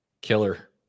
killer